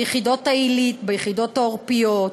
ביחידות העילית, ביחידות העורפיות,